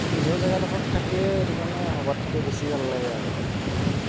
নিজৰ জেগাডোখৰত থাকিয়েই সেইটো কাৰণে সবাতকৈ বেছি ভাল লাগে আৰু